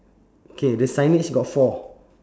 K the signage got four